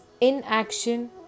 inaction